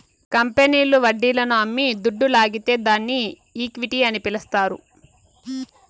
కంపెనీల్లు వడ్డీలను అమ్మి దుడ్డు లాగితే దాన్ని ఈక్విటీ అని పిలస్తారు